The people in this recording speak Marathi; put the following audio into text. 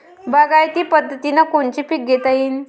बागायती पद्धतीनं कोनचे पीक घेता येईन?